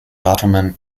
ottoman